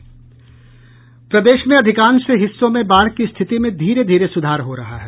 प्रदेश में अधिकांश हिस्सों में बाढ़ की स्थिति में धीरे धीरे सुधार हो रहा है